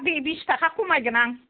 हा दे बिस थाखा खमायगोन आं